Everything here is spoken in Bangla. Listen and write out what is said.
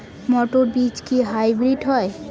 মটর বীজ কি হাইব্রিড হয়?